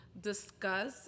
discuss